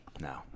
No